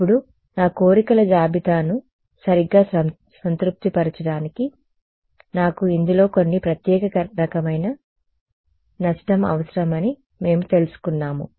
ఇప్పుడు నా కోరికల జాబితాను సరిగ్గా సంతృప్తి పరచడానికి నాకు ఇందులో కొన్ని ప్రత్యేక రకమైన నష్టం అవసరమని మేము తెలుసుకున్నాము